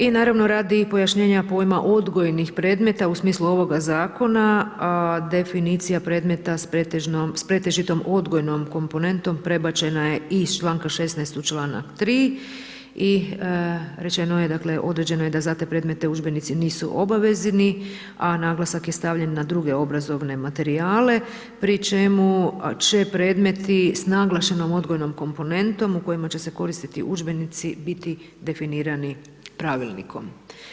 I naravno radi pojašnjenja pojma odgojnih predmeta u smislu ovoga zakona, definicija predmeta s pretežitom odgojnom komponentom prebačena iz članka 16. u članak 3. i rečeno je dakle, određeno je da za te predmete udžbenici nisu obavezni a naglasak je stavljen na druge obrazovne materijale pri čemu će predmeti sa naglašenom odgojnom komponentom u kojemu će se koristiti udžbenici biti definirani pravilnikom.